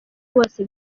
bose